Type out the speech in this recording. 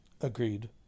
Agreed